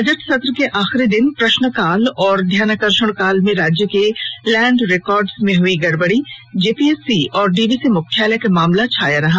budget सत्र के आखिरी दिन प्रश्न काल और ध्यानाकर्षण काल में राज्य के लैंड रिकार्ड्स मे हुई गड़बड़ी जेपीएससी और डीवीसी मुख्यालय का मामला छाया रहा